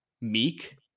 meek